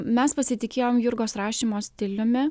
mes pasitikėjom jurgos rašymo stiliumi